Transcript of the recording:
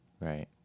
Right